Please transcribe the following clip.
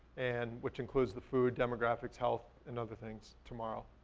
and which includes the food demographics, health, and other things, tomorrow.